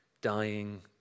dying